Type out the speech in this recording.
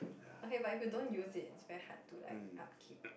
okay but if you don't use it it's very hard to like up keep